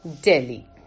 Delhi